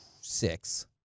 Six